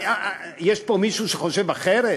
יש פה מישהו שחושב אחרת?